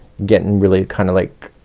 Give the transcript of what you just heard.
getting really kinda like,